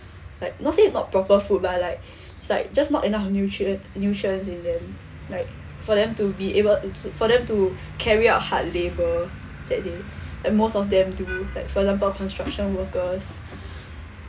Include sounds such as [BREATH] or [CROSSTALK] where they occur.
like not say not proper food but like it's like just not enough nutrie~ nutrients in them like for them to be able for them to carry out hard labour that they [BREATH] and most of them do like for the construction workers [BREATH]